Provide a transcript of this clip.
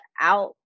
out